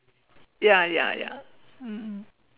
ya ya ya mm